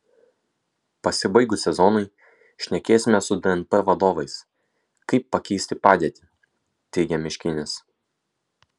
pasibaigus sezonui šnekėsime su dnp vadovais kaip pakeisti padėtį teigia miškinis